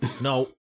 No